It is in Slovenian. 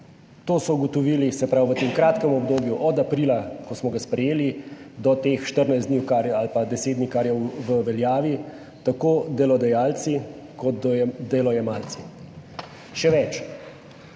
to so ugotovili. Se pravi v tem kratkem obdobju od aprila, ko smo ga sprejeli, do teh 14 dni ali pa deset dni, kar je v veljavi, tako delodajalci kot delojemalci. Še več,